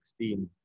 2016